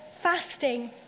fasting